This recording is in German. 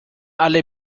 alle